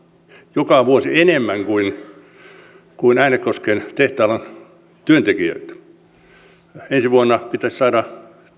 joka vuosi enemmän kuin kuin äänekosken tehtaalla on työntekijöitä ensi vuonna pitäisi saada